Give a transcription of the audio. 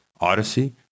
Odyssey